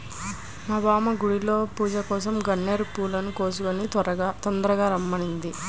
మా యమ్మ గుడిలో పూజకోసరం గన్నేరు పూలను కోసుకొని తొందరగా రమ్మంది